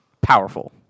powerful